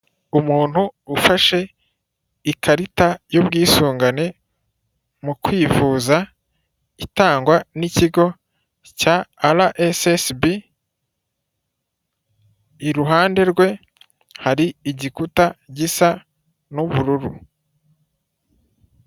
Umuntu ufashe ikarita y'ubwisungane mu kwivuza itangwa n'ikigo cya RSSB iruhande rwe hari igikuta gisa nk'ubururu.